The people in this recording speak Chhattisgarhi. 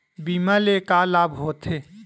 बीमा ले का लाभ होथे?